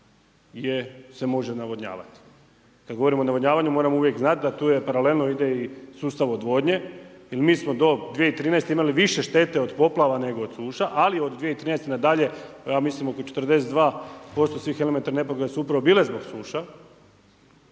se može navodnjavati. Kada govorimo o navodnjavanju moramo uvijek znati, da tu paralelno ide i sustav odvodnje, jer mi smo do 2013. imali više štete od poplava nego od suša, ali od 2013. nadalje, ja mislim oko 42% svih elementarnih nepogoda su upravo bile zbog suša